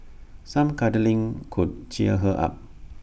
some cuddling could cheer her up